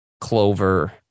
clover